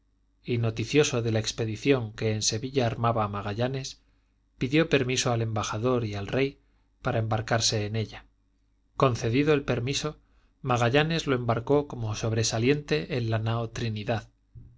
y noticioso de la expedición que en sevilla armaba magallanes pidió permiso al embajador y al rey para embarcarse en ella concedido el permiso magallanes lo embarcó como sobresaliente en la nao trinidad